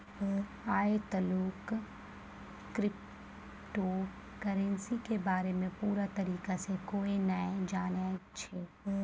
आय तलुक crypto currency के बारे मे पूरा तरीका से कोय नै जानै छै